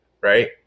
right